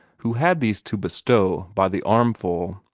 who had these to bestow by the armful